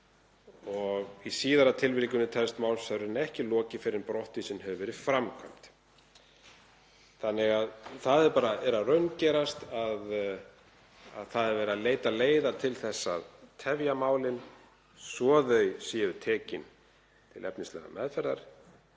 Í síðara tilvikinu telst málsmeðferðinni ekki lokið fyrr en brottvísun hefur verið framkvæmd. Þannig að það er bara að raungerast að það er verið að leita leiða til þess að tefja málin svo þau séu tekin til efnislegrar meðferðar.